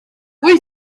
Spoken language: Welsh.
wyt